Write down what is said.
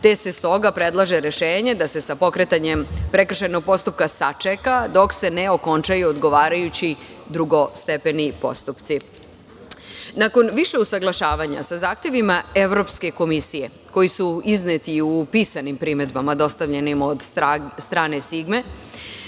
Te se stoga predlaže rešenje da se sa pokretanjem prekršajnog postupka sačeka dok se ne okončaju odgovarajući drugostepeni postupci. Nakon više usaglašavanja sa zahtevima Evropske komisije koji su izneti u pisanim primedbama dostavljenim od strane „Sigme“,